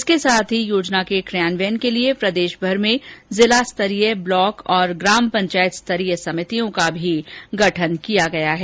इसके साथ ही योजना के क्रियान्वयन के लिए प्रदेशभर में जिला स्तरीय ब्लॉक स्तरीय तथा ग्राम पंचायत स्तरीय समितियों का भी गठन किया गया है